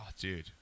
dude